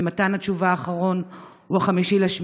ומועד מתן התשובה האחרון הוא 5 באוגוסט.